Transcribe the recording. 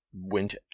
went